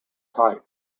type